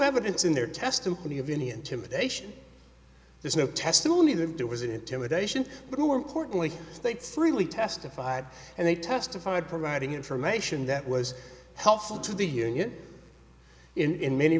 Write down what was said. evidence in their testimony of any intimidation there's no testimony that there was an intimidation but more importantly states freely testified and they testified providing information that was helpful to the union in many